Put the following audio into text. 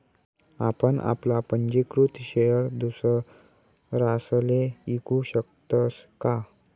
आपण आपला पंजीकृत शेयर दुसरासले ईकू शकतस का?